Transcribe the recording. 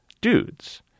dudes